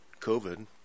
COVID